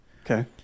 Okay